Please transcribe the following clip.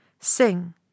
Sing